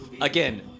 Again